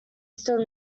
stood